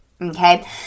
okay